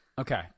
Okay